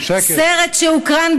סרט שהוקרן,